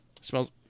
Smells